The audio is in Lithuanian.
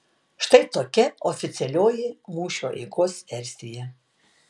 štai tokia oficialioji mūšio eigos versija